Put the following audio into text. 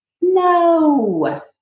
No